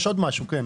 יש עוד משהו, כן.